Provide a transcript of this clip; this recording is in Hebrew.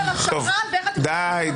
--- די.